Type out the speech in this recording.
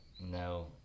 No